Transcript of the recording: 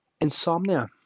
Insomnia